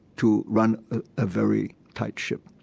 to run a very tight ship.